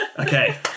Okay